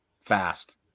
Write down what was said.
fast